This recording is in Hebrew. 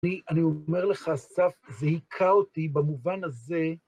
אני... אני אומר לך, אסף, זה הכה אותי במובן הזה...